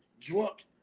drunk